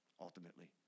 Ultimately